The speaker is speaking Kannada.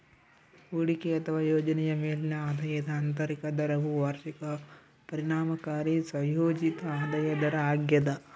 ಹೂಡಿಕೆ ಅಥವಾ ಯೋಜನೆಯ ಮೇಲಿನ ಆದಾಯದ ಆಂತರಿಕ ದರವು ವಾರ್ಷಿಕ ಪರಿಣಾಮಕಾರಿ ಸಂಯೋಜಿತ ಆದಾಯ ದರ ಆಗ್ಯದ